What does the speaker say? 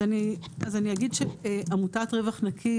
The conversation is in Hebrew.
אז אני אגיד שעמותת "רווח נקי",